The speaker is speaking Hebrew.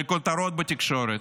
אבל כותרות בתקשורת.